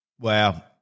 wow